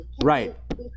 Right